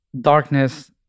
darkness